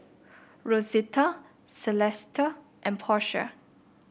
Rosita Celesta and Portia